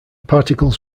particles